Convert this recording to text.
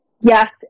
yes